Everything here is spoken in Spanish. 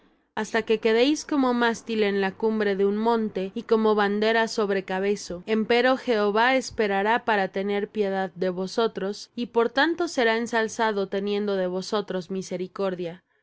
hasta que quedéis como mástil en la cumbre de un monte y como bandera sobre cabezo empero jehová esperará para tener piedad de vosotros y por tanto será ensalzado teniendo de vosotros misericordia